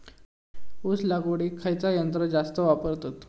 ऊस लावडीक खयचा यंत्र जास्त वापरतत?